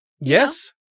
Yes